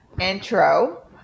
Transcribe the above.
intro